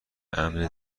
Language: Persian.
امر